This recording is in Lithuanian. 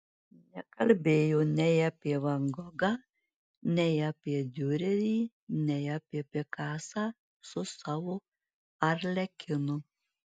nekalbėjo nei apie van gogą nei apie diurerį nei apie pikasą su savo arlekinu